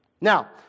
Now